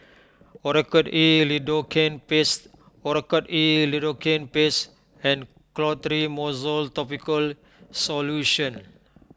Oracort E Lidocaine Paste Oracort E Lidocaine Paste and Clotrimozole Topical Solution